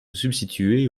substituer